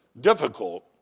difficult